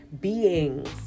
beings